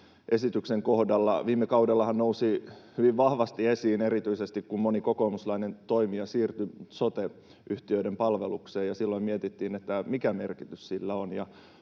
esityksen kohdalla. Viime kaudellahan nousi hyvin vahvasti esiin erityisesti se, kun moni kokoomuslainen toimija siirtyi sote-yhtiöiden palvelukseen, ja silloin mietittiin, mikä merkitys sillä on.